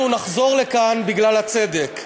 אנחנו נחזור לכאן בגלל הצדק.